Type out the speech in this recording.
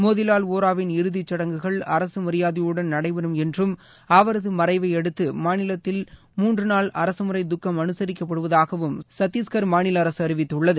மோதிலால் வோராவின் இறுதிச் சடங்குகள் அரசு மரியாதையுடன் நடைபெறும் என்றும் அவரது மறைவை அடுத்து மாநிலத்தில் மூன்று நாள் அரசு முறை துக்கம் அனுசரிக்கப்படுவதாகவும் சத்தீஸ்கர் மாநில அரசு அறிவித்துள்ளது